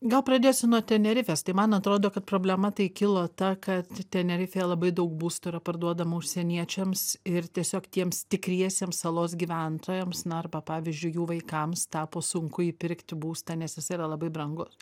gal pradėsiu nuo tenerifės tai man atrodo kad problema tai kilo ta kad tenerifėje labai daug būstų yra parduodama užsieniečiams ir tiesiog tiems tikriesiems salos gyventojams na arba pavyzdžiui jų vaikams tapo sunku įpirkti būstą nes jis yra labai brangus